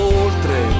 oltre